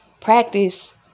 practice